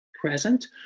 present